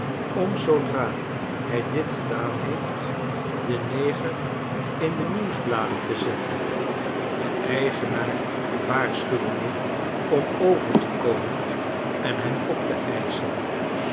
om zoodra hij dit gedaan heeft den neger in de nieuwsbladen te zetten den eigenaar waarschuwende om over te komen en hem op te eischen